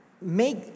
make